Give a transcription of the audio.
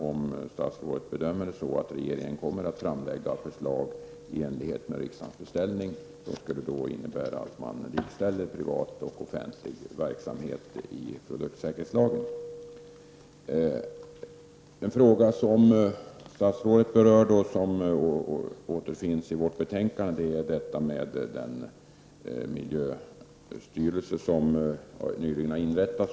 Gör statsrådet den bedömningen att regeringen kommer att framlägga ett förslag i enlighet med riksdagens beställning, vilket innebär att man likställer privat och offentlig verksamhet i produktsäkerhetslagen? En fråga som statsrådet berörde, och som återfinns i betänkandet, är den miljöstyrelse som nyligen har inrättats.